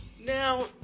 Now